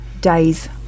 days